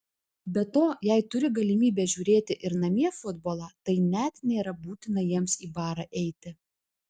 be to jei turi galimybę žiūrėti ir namie futbolą tai net nėra būtina jiems į barą eiti